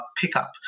pickup